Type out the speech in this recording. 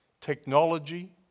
technology